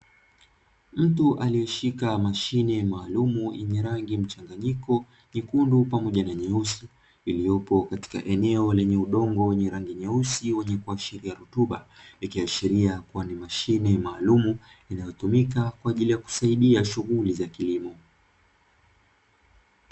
Mtu aliyeshika mashine maalumu yenye rangi mchanganyiko nyekundu pamoja na nyeusi, iliyopo katika eneo lenye udongo wenye rangi nyeusi wenye kuashiria rutuba ikiashiria kuwa ni mashine maalumu inayotumika kwa ajili ya kusaidia shughuli za kilimo.